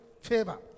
favor